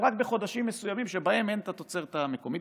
אבל רק בחודשים מסוימים שבהם אין את התוצרת המקומית,